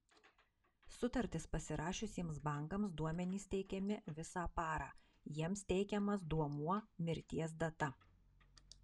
sutartis pasirašiusiems bankams duomenys teikiami visą parą jiems teikiamas duomuo mirties data